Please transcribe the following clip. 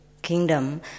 kingdom